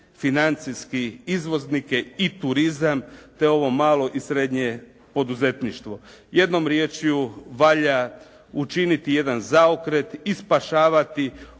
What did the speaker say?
financijski izvoznike i turizam te ovo malo i srednje poduzetništvo. Jednom rječju, valja učiniti jedan zaokret i spašavati